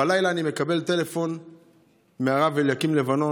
בלילה אני מקבל טלפון מהרב אליקים לבנון,